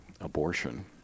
abortion